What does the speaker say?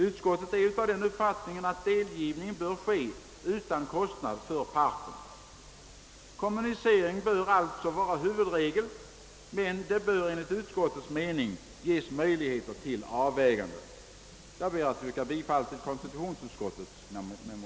Utskottet har den uppfattningen att delgivning bör ske utan kostnad för part. Kommunicering bör alltså vara huvudregel, men det bör enligt utskottets mening ges möjlighet till avväganden. Herr talman! Jag har inget särskilt yrkande.